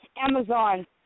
Amazon